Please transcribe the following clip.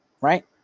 Right